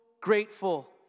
grateful